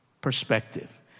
perspective